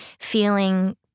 Feeling